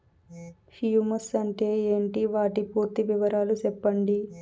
Humus అంటే ఏంటి? వాటి పూర్తి వివరాలు సెప్పండి?